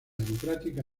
democrática